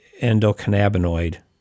endocannabinoid